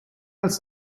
als